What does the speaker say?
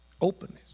Openness